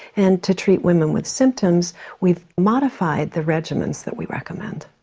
and to treat women with symptoms we've modified the regimens that we recommend.